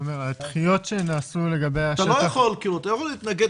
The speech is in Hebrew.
הדחיות שנעשו לגבי השטח --- אתה לא יכול להתנגד